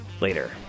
Later